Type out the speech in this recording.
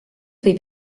võib